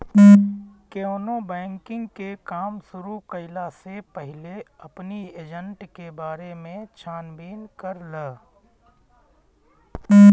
केवनो बैंकिंग के काम शुरू कईला से पहिले अपनी एजेंट के बारे में छानबीन कर लअ